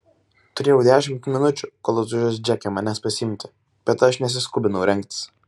turėjau dešimt minučių kol atvažiuos džeke manęs pasiimti bet aš nesiskubinau rengtis